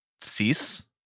cease